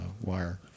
wire